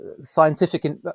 scientific